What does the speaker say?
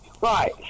Right